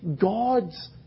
God's